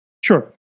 Sure